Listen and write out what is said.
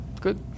good